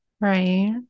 Right